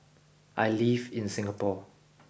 I live in Singapore